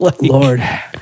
Lord